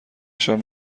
نشان